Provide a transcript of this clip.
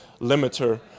limiter